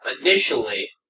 initially